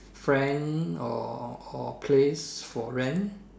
friend or or place for rent